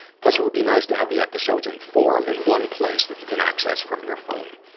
plus it would be nice to have the episodes in forum and one place that you can access from your phone.